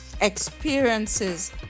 experiences